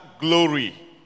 glory